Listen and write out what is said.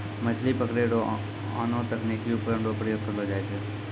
मछली पकड़ै रो आनो तकनीकी उपकरण रो प्रयोग करलो जाय छै